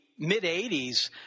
mid-'80s